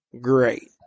Great